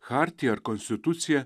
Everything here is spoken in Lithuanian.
chartija ar konstitucija